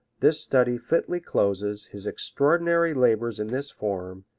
this study fitly closes his extraordinary labors in this form,